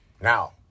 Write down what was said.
Now